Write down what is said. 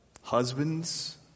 Husbands